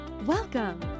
Welcome